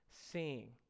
seeing